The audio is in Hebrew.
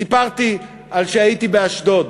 סיפרתי שהייתי באשדוד,